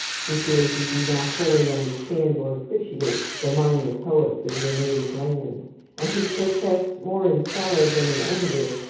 he fears you do not wholly understand or appreciate the minor poets of your native land and he protests, more in sorrow than in anger,